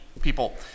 people